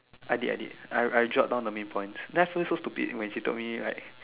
I did I did I jot down the main points then I feel so stupid when she told me like